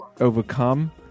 overcome